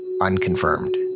Unconfirmed